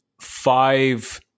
five